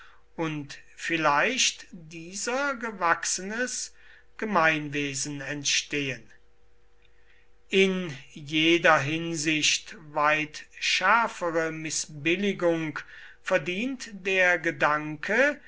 und vielleicht dieser gewachsenes gemeinwesen entstehen in jeder hinsicht weit schärfere mißbilligung verdient der gedanke